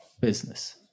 business